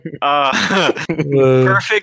perfect